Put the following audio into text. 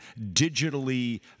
digitally